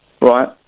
right